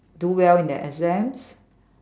do well in their exams